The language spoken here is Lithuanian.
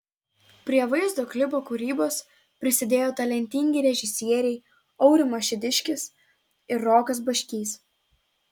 prie vaizdo klipo kūrybos prisidėjo talentingi režisieriai aurimas šidiškis ir rokas baškys